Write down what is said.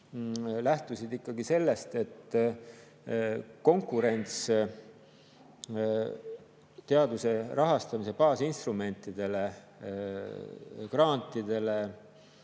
lähtusid ikkagi sellest, et konkurents teaduse rahastamise baasinstrumentide ja grantide